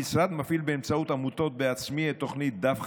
המשרד מפעיל באמצעות עמותת "בעצמי" את תוכנית "דף חדש",